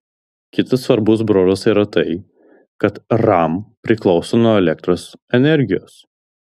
kitas svarbus bruožas yra tai kad ram priklauso nuo elektros energijos